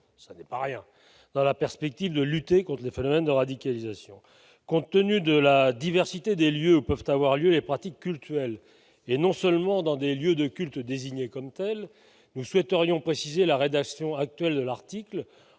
ça n'est pas rien dans la perspective de lutter contre les phénomènes de radicalisation, compte tenu de la diversité des lieux peuvent avoir lieu les pratiques culturelles et non seulement dans des lieux de culte désignés comme tels, nous souhaiterions préciser la rédaction actuelle de l'article,